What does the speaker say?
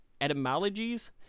etymologies